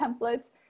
templates